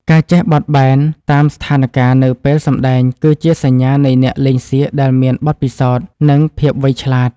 ការចេះបត់បែនតាមស្ថានការណ៍នៅពេលសម្តែងគឺជាសញ្ញានៃអ្នកលេងសៀកដែលមានបទពិសោធន៍ និង ភាពវៃឆ្លាត។